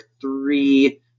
three